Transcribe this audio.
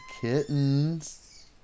kittens